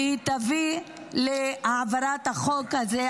והיא תביא להעברת החוק הזה,